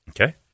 Okay